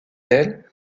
elles